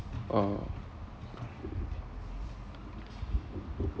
uh